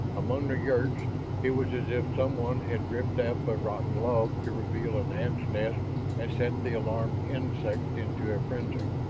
among the yurts it was as if someone had ripped up a rotten log to reveal an ants' nest and sent the alarmed insects into a frenzy.